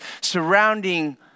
surrounding